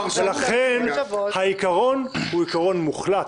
לכן העיקרון הוא עיקרון מוחלט,